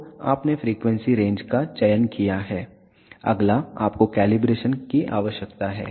तो आपने frequency range का चयन किया है अगला आपको कैलिब्रेशन करने की आवश्यकता है